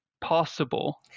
possible